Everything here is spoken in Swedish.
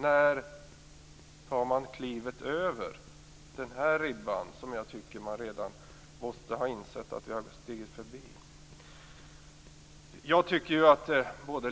När tar man klivet över den här ribban, som jag tycker att man redan måste ha insett att vi har stigit förbi? Jag tycker att